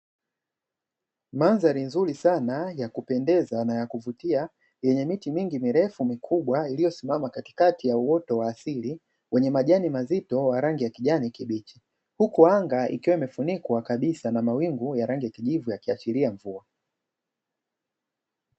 Mandhari nzuri sana ya kupendeza na ya kuvutia, yenye miti mingi mirefu mikubwa iliyosimama katikati ya uoto wa asili, wenye majani mazito wa rangi ya kijani kibichi. Huku anga ikiwa imefunikwa kabisa na mawingu ya rangi ya kijivu kuashiria mvua.